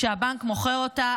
כשהבנק מוכר אותה,